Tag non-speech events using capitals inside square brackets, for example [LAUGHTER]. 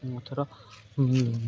[UNINTELLIGIBLE]